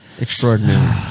Extraordinary